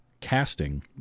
casting